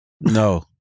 No